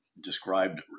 described